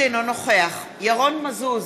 אינו נוכח ירון מזוז,